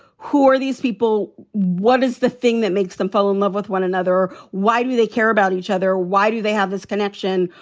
who are these people? what is the thing that makes them fall in love with one another? why do they care about each other? why do they have this connection?